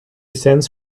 sends